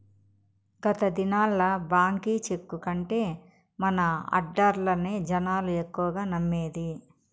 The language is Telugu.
గత దినాల్ల బాంకీ చెక్కు కంటే మన ఆడ్డర్లనే జనాలు ఎక్కువగా నమ్మేది